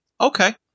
Okay